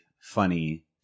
funny